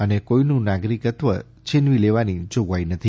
અને કોઈનું નાગરીક્તવ છિનવી લેવાની જોગવાઈ નથી